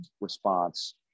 response